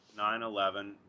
9-11